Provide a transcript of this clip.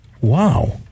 Wow